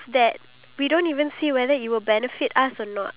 oh gosh I can't